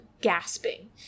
gasping